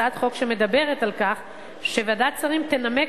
הצעת חוק שמדברת על כך שוועדת שרים תנמק